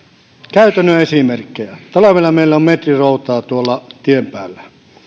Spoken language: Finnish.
käytännön esimerkkejä talvella meillä on metri routaa tien päällä